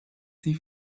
sie